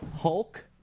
hulk